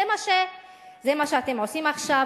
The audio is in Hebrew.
זה מה שאתם עושים עכשיו,